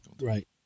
Right